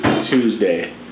Tuesday